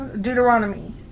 Deuteronomy